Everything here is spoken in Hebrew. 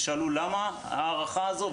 אם תשאלו אותי למה הערכה הזאת,